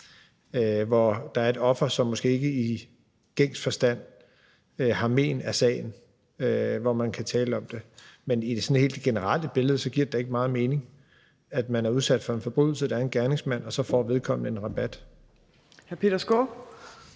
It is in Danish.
hvor der er et offer, som måske ikke i gængs forstand har men af sagen, hvor man kan tale om det. Men i det helt generelle billede giver det da ikke meget mening, at når man har været udsat for en forbrydelse og der er en gerningsmand, får vedkommende en rabat.